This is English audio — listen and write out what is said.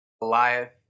Goliath